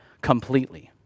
completely